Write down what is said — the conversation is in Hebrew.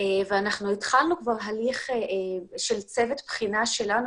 ואנחנו כבר התחלנו כבר הליך של צוות בחינה שלנו